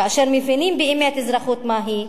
כאשר מבינים באמת אזרחות מהי,